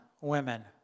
women